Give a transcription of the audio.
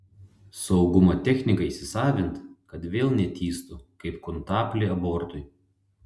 saugumo techniką įsisavint kad vėl netįstų kaip kuntaplį abortui